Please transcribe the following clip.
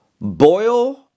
Boil